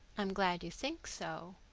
i'm glad you think so.